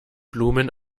blumen